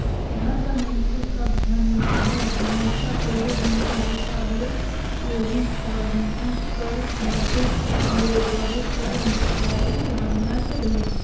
घर कर मइनसे सब झन बर हमेसा कइयो दिन कर हिसाब ले एही टागी कर मदेत ले बबूर कर मुखारी लानत रहिन